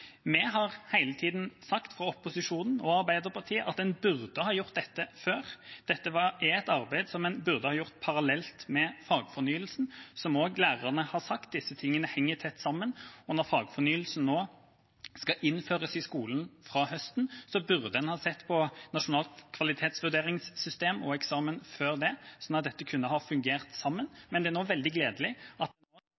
Vi har hele tida sagt fra opposisjonen og Arbeiderpartiet at en burde ha gjort dette før. Dette er et arbeid som en burde ha gjort parallelt med fagfornyelsen. Som også lærerne har sagt: Disse tingene henger tett sammen. Og når fagfornyelsen nå skal innføres i skolen fra høsten, burde en ha sett på Nasjonalt kvalitetsvurderingssystem, og eksamen før det, sånn at dette kunne ha fungert sammen.